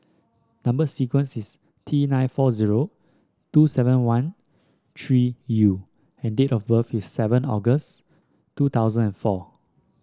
number sequence is T nine four zero two seven one three U and date of birth is seven August two thousand and four